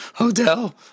Odell